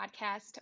Podcast